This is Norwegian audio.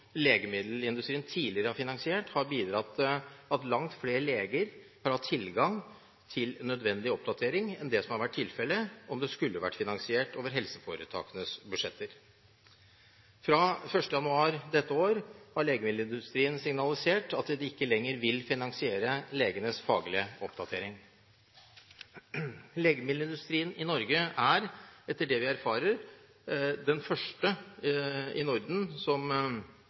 legemiddelindustrien tidligere har finansiert, har bidratt til at langt flere leger har hatt tilgang til nødvendig oppdatering enn det som hadde vært tilfellet om det skulle vært finansiert over helseforetakenes budsjetter. Fra 1. januar d.å. har legemiddelindustrien signalisert at den ikke lenger vil finansiere legenes faglige oppdatering. Legemiddelindustrien i Norge er, etter det vi erfarer, den første i Norden som